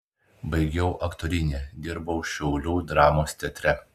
baigiau aktorinį dirbau šiaulių dramos teatre